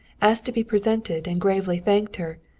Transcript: asked to be presented and gravely thanked her,